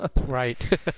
Right